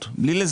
מי החברים